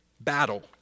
battle